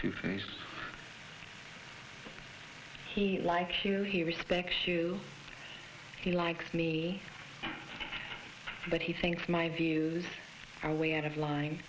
two things he likes you he respects you he likes me but he thinks my views are way out of line